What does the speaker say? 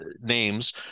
names